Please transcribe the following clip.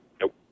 Nope